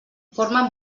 formen